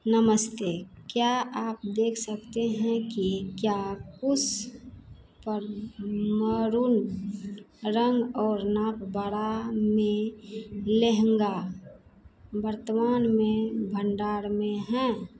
नमस्ते क्या आप देख सकते हैं कि क्या उस पर मरून रंग और नाप बड़ा में लेहंगा वर्तमान में भंडार में हैं